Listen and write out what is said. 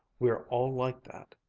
we're all like that,